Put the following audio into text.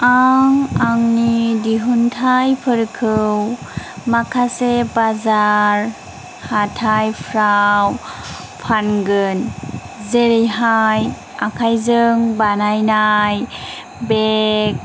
आं आंनि दिहुन्थाइफोरखौ माखासे बाजार हाथाइफोराव फानगोन जेरैहाय आखायजों बानायनाय बेग